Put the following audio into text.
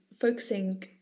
Focusing